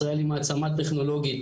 ישראל היא מעצמה טכנולוגית,